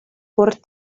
por